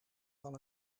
van